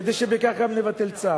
כדי שבכך גם נבטל צו.